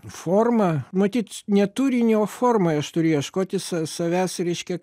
formą matyt ne turiny o formoj aš turiu ieškoti sa savęs reiškia